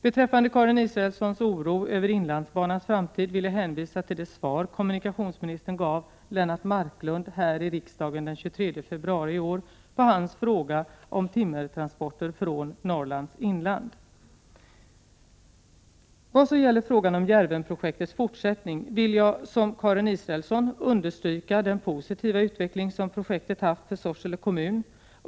Beträffande Karin Israelssons oro över inlandsbanans framtid vill jag hänvisa till det svar kommunikationsministern gav Lennart Marklund här i riksdagen den 23 februari i år på hans fråga om timmertransporter från Norrlands inland. Vad så gäller frågan om Djärvenprojektets fortsättning vill jag, som Karin Israelsson, understryka den positiva utveckling som projektet haft för Sorsele kommun.